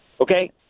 Okay